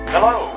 Hello